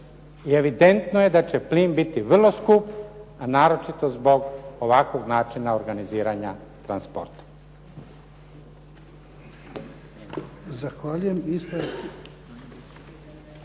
evidentno je da će plin biti vrlo skup a naročito zbog ovakvog načina organiziranja transporta.